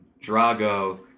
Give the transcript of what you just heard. Drago